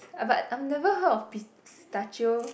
but I'll never heard of pistachio